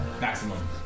Maximum